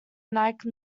nike